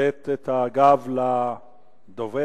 לתת את הגב לדובר.